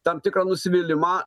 tam tikrą nusivylimą